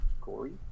Corey